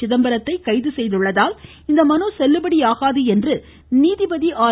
சிதம்பரத்தை கைது செய்ததால் இந்த மனு செல்லுபடி ஆகாது என்று நீதிபதி ஆர்